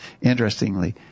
interestingly